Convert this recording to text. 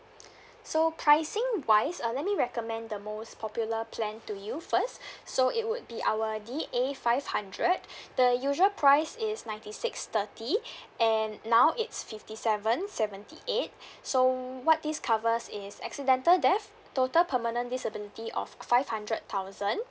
so pricing wise uh let me recommend the most popular plan to you first so it would be our D_A five hundred the usual price is ninety six thirty and now it's fifty seven seventy eight so what this covers is accidental death total permanent disability of five hundred thousand